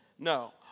No